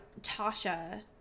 Tasha